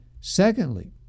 Secondly